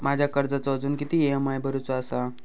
माझ्या कर्जाचो अजून किती ई.एम.आय भरूचो असा?